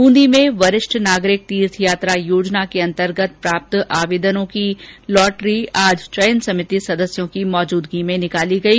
बूंदी में वरिष्ठ नागरिक तीर्थ यात्रा योजना के अन्तर्गत प्राप्त आवेदनों की लॉटरी आज चयन समिति सदस्यों की मौजूदगी में निकाली गई